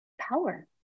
power